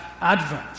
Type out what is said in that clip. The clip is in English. Advent